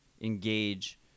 engage